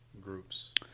groups